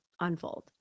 unfold